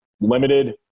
limited